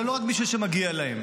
זה לא רק בגלל שמגיע להם,